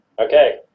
Okay